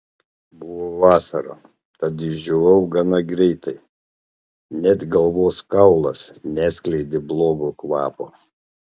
buvo vasara tad išdžiūvau gana greitai net galvos kaulas neskleidė blogo kvapo